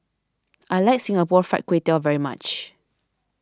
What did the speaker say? I like Singapore Fried Kway Tiao very much